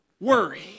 worry